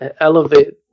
elevate